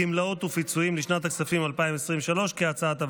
גמלאות ופיצויים, לשנת הכספים 2023, כהצעת הוועדה,